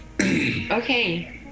Okay